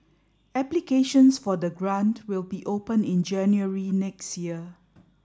applications for the grant will be open in January next year